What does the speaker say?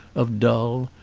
of dull,